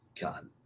God